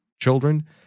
children